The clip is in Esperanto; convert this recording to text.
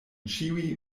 ĉiuj